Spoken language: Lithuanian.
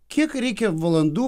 kiek reikia valandų